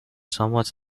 somewhat